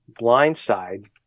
Blindside